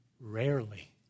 Rarely